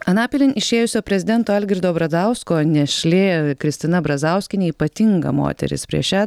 anapilin išėjusio prezidento algirdo brazausko našlė kristina brazauskienė ypatinga moteris prieš šią